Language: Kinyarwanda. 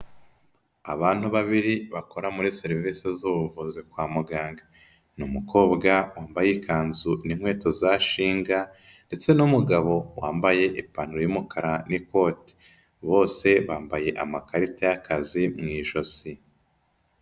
Abantu babiri bakora muri serivise z'ubuvuzi kwa muganga, ni umukobwa wambaye ikanzu n'inkweto za shinga ndetse n'umugabo wambaye ipantaro y'umukara n'ikote. Bose bambaye amakarita y'akazi mu ijosi.